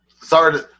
sorry